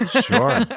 Sure